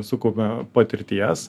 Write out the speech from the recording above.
sukaupia patirties